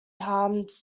harms